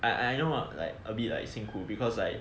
I I know like a bit like 辛苦 because like